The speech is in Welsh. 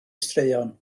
straeon